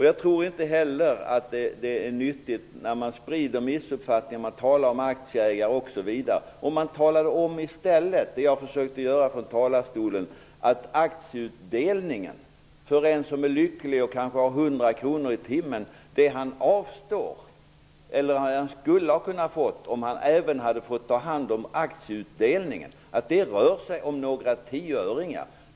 Jag tror inte heller att det är nyttigt att man sprider missuppfattningar när man talar om aktieägare osv. Jag försökte i talarstolen att tala om detta med aktieutdelningen. Man kan tänka sig en man som har en lön på 100 kr i timmen. Om han skulle ha fått ta del av aktieutdelningen skulle han få några tioöringar extra.